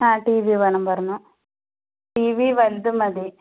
ആ ടീവി വേണം പറഞ്ഞു ടിവി വലുത് മതി